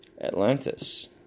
Atlantis